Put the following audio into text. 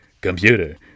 Computer